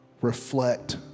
reflect